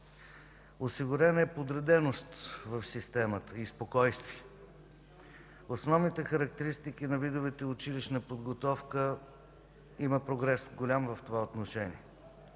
Осигурена е подреденост в системата и спокойствие. Основните характеристики на видовете училищна подготовка имат голям прогрес в това отношение.